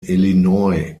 illinois